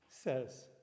says